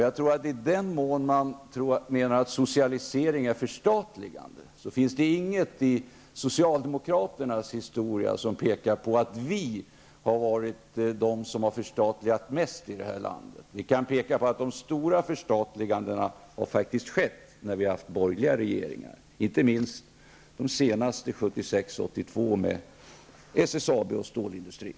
Jag tror att i den mån man menar att socialism är förstatligande, så finns det inget i socialdemokratins historia som visar att vi socialdemokrater skulle ha förstatligat mest i det här landet. Vi kan peka på att de stora förstatligandena har faktiskt skett när landet har haft borgerliga regeringar, inte minst nu senast 1976 och 1982 då det gällde SSAB, alltså stålindustrin.